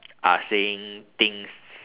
are saying things